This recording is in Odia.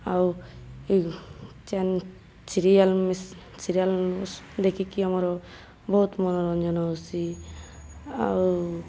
ଆଉ ଏଇ ଚେନ୍ ସିରିଏଲ୍ ମି ସିରିଏଲ୍ ଦେଖିକି ଆମର ବହୁତ ମନୋରଞ୍ଜନ ହେଉଛି ଆଉ